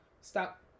stop